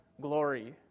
glory